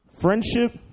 Friendship